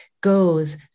goes